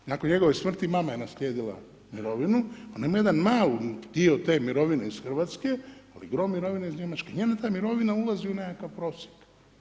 Nakon njegove smrti mama je naslijedila mirovinu, onaj jedan dio te mirovine iz Hrvatske a druge mirovine iz Njemačke, njemu ta mirovina ulazi u nekakav prosjek.